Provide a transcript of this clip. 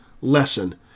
lesson